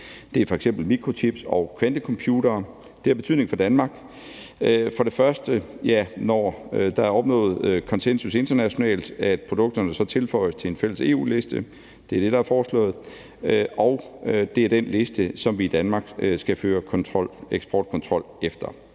Det er f.eks. mikrochips og kvantecomputere. Det har betydning for Danmark. Det, der er foreslået, er, at når der er opnået konsensus internationalt, tilføjes produkterne til en fælles EU-liste. Og det er den liste, som vi i Danmark skal føre eksportkontrol efter.